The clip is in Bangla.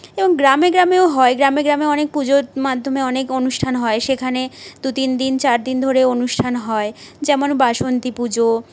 এবং গ্রামে গ্রামেও হয় গ্রামে গ্রামে অনেক পুজোর মাধ্যমে অনেক অনুষ্ঠান হয় সেখানে দু তিন দিন চার দিন ধরেও অনুষ্ঠান হয় যেমন বাসন্তী পুজো